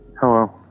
Hello